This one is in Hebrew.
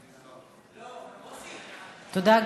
תודה,